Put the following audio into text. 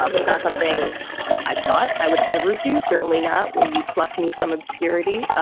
um it's not something i thought i would ever do. certainly not when you plucked me from obscurity.